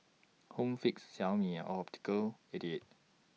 Home Fix Xiaomi and Optical eighty eight